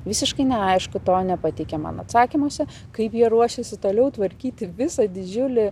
visiškai neaišku to nepateikia man atsakymuose kaip jie ruošėsi toliau tvarkyti visą didžiulį